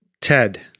Ted